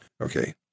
Okay